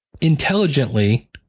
intelligently